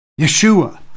Yeshua